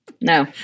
No